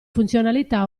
funzionalità